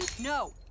no